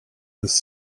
this